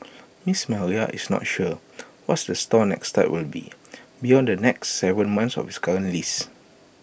miss Maria is not sure what's the store next step will be beyond the next Seven months of its current lease